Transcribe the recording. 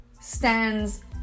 stands